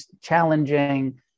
challenging